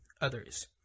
others